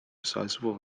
sizable